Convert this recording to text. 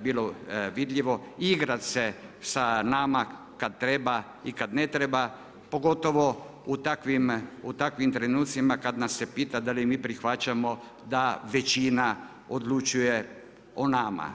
bilo vidljivo igrat se sa nama kad treba i kad ne treba pogotovo u takvim trenutcima kad nas se pita da li mi prihvaćamo da većina odlučuje o nama.